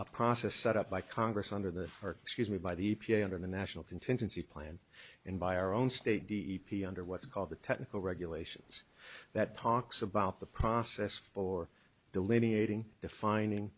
a process set up by congress under the excuse me by the e p a under the national contingency plan and by our own state d e p a under what's called the technical regulations that talks about the process for delineating defining